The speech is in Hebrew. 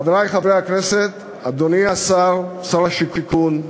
חברי חברי הכנסת, אדוני שר השיכון,